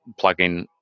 plugin